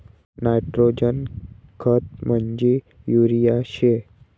nitrogen खत म्हंजी urea शे